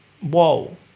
whoa